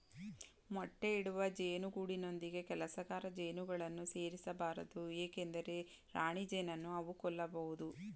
ಮೊಟ್ಟೆ ಇಡುವ ಜೇನು ಗೂಡಿನೊಂದಿಗೆ ಕೆಲಸಗಾರ ಜೇನುಗಳನ್ನು ಸೇರಿಸ ಬಾರದು ಏಕೆಂದರೆ ರಾಣಿಜೇನನ್ನು ಅವು ಕೊಲ್ಲಬೋದು